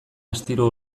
astiro